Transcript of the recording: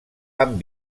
amb